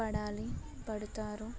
పడాలి పడుతారు